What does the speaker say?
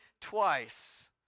twice